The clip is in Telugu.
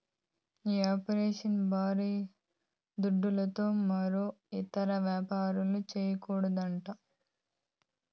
ఈ ఆఫ్షోర్ బారీ దుడ్డుతో మరో ఇతర యాపారాలు, చేయకూడదట